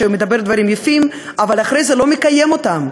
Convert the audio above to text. שמדבר דברים יפים אבל אחרי זה לא מקיים אותם,